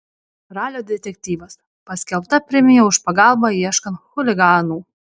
ralio detektyvas paskelbta premija už pagalbą ieškant chuliganų